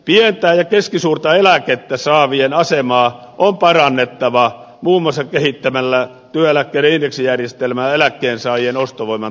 pientä ja keskisuurta eläkettä saavien asemaa on parannettava muun muassa kehittämällä työeläkkeiden indeksijärjestelmää eläkkeensaajien ostovoiman turvaamiseksi